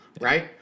right